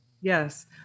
Yes